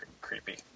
creepy